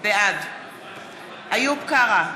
בעד איוב קרא,